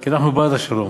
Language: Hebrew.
כי אנחנו בעד השלום.